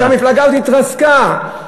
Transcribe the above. שהמפלגה הזאת התרסקה,